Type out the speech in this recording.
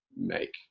make